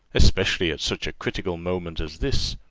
especially at such a critical moment as this.